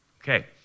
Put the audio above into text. Okay